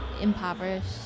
impoverished